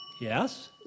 Yes